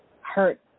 hurt